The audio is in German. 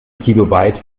kilobyte